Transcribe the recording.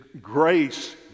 grace